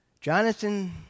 Jonathan